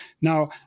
Now